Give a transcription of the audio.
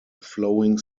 flowing